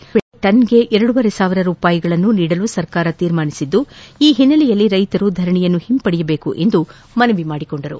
ಮಾವು ಬೆಳೆಗೆ ಟನ್ಗೆ ಎರಡೂವರೆ ಸಾವಿರ ರೂಪಾಯಿಗಳನ್ನು ನೀಡಲು ಸರ್ಕಾರ ತೀರ್ಮಾನಿಸಿದ್ದು ಈ ಹಿನೆಲೆಯಲ್ಲಿ ರೈತರು ಧರಣಿಯನ್ನು ಹಿಂಫಡೆಯದೇಕು ಎಂದು ಮನವಿ ಮಾಡಿಕೊಂಡರು